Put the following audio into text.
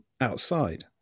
outside